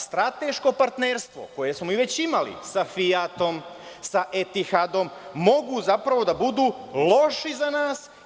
Strateško partnerstvo koje smo već imali sa „Fijatom“, sa „Etihadom“, mogu zapravo, da budu loši za nas.